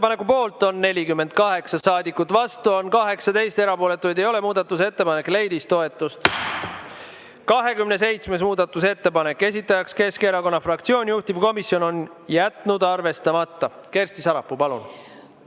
Kersti Sarapuu, palun!